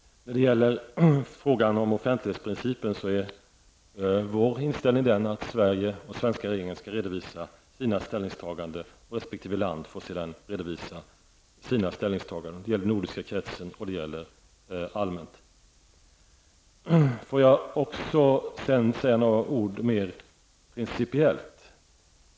När det gäller frågan om offentlighetsprincipen är vår inställning att Sverige och den svenska regeringen skall redovisa sina ställningstaganden. Resp. land får sedan redovisa sina ställningstaganden. Det gäller den nordiska kretsen, och det gäller allmänt. Får jag sedan säga några ord mer principiellt.